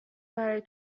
برای